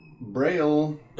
Braille